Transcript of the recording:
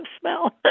smell